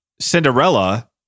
Cinderella